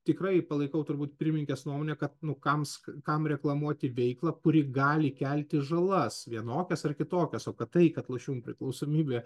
tikrai palaikau turbūt pirmininkės nuomonę kad nu kamsk kam reklamuoti veiklą kuri gali kelti žalas vienokias ar kitokias o kad tai kad lošimų priklausomybė